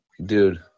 Dude